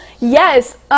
Yes